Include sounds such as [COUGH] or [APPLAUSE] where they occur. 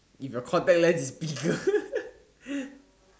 if your contact lens is bigger [LAUGHS]